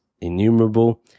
innumerable